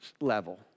level